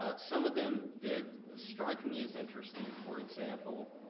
ah some of them did strike me as interesting. for example,